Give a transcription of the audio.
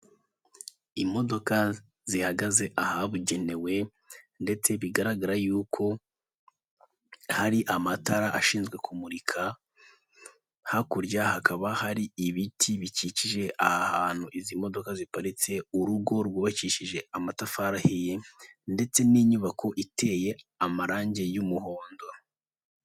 Imodoka zihagaze ahabugenewe ndetse bigaragara yuko hari amatara ashinzwe kumurika hakurya hakaba hari ibiti bikikije aha hantu izi modoka ziparitse urugo rwubakishije amatafari ahiye ndetse n'inyubako iteye amarange y'umuhondo.